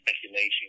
speculation